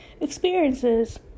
experiences